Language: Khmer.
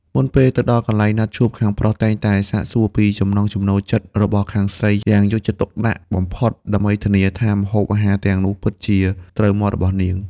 មុនពេលទៅដល់កន្លែងណាត់ជួប ខាងប្រុសតែងតែសាកសួរពីចំណង់ចំណូលចិត្តរបស់ខាងស្រីយ៉ាងយកចិត្តទុកដាក់បំផុត ដើម្បីធានាថាម្ហូបអាហារទាំងនោះពិតជាត្រូវមាត់របស់នាង។